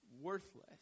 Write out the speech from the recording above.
worthless